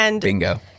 Bingo